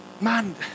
man